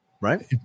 Right